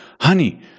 honey